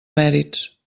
mèrits